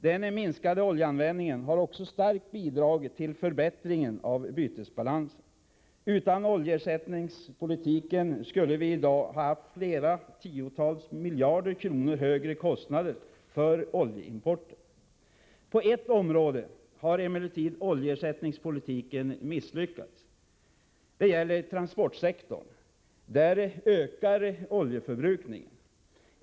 Den minskade oljeanvändningen har också starkt bidragit till förbättringen av bytesbalansen. Utan oljeersättningspolitiken skulle vi i dag ha haft flera tiotal miljarder kronor högre kostnader för oljeimporten. På ett område har emellertid oljeersättningspolitiken misslyckats. Det gäller transportsektorn. Där ökar oljeförbrukningen.